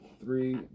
three